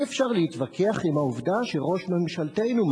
אי-אפשר להתווכח עם העובדה שראש ממשלתנו,